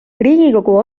riigikogu